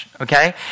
Okay